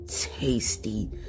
tasty